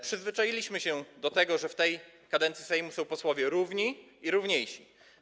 Przyzwyczailiśmy się do tego, że w tej kadencji Sejmu są posłowie równi i równiejsi.